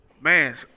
Man